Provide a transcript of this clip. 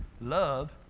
love